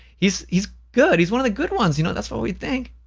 he's he's good, he's one of the good ones, you know? that's what we think.